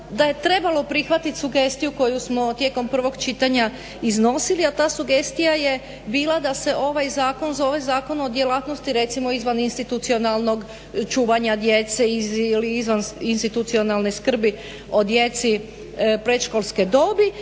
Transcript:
da je trebalo prihvatiti sugestiju koju smo tijekom prvog čitanja iznosili, a ta sugestija je bila da se ovaj zakon zove zakon o djelatnosti recimo izvaninstitucionalnog čuvanja djece ili izvaninstitucionalne skrbi o djeci predškolske dobi